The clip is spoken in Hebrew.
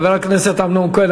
חבר הכנסת אמנון כהן,